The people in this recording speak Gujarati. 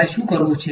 તમારે શું કરવું છે